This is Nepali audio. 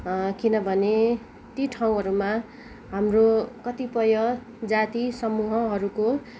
किनभने ती ठाउँहरूमा हाम्रो कतिपय जाति समूहहरूको